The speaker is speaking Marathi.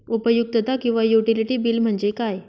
उपयुक्तता किंवा युटिलिटी बिल म्हणजे काय?